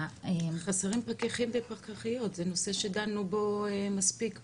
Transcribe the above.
חסרים פקחים ופקחיות זה נושא שדנו בו מספיק פה.